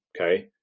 okay